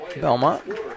Belmont